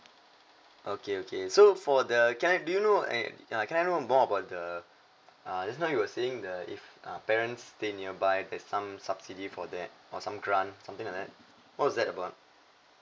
okay okay so for the can I do you know uh uh can I know more about the uh just now you were saying the if uh parents stay nearby there's some subsidy for that or some grant something like that what's that about